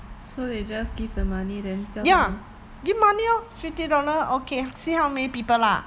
so they just give the money then 叫他们